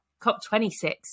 COP26